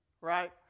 right